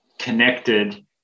connected